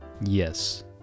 Yes